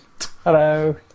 Hello